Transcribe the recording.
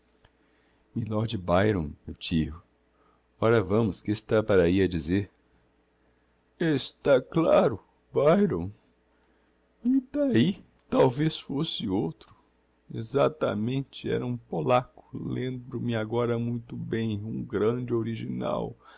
vienna mylord byron meu tio ora vamos que está para ahi a dizer está claro byron e d'ahi talvez fosse outro exactamente era um polaco lembro-me agora muito bem um grande original